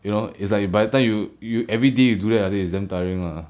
you know it's like by the time you you everyday you do that then it's damn tiring lah